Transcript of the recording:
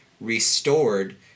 restored